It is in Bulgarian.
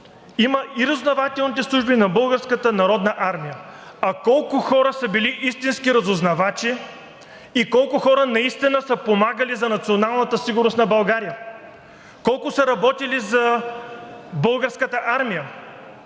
има и разузнавателните служби на Българската народна армия. А колко хора са били истински разузнавачи и колко хора наистина са помагали за националната сигурност на България? Колко са работили за